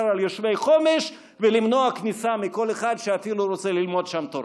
על יושבי חומש ולמנוע כניסה מכל אחד שאפילו רוצה ללמוד שם תורה.